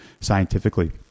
scientifically